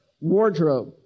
wardrobe